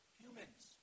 humans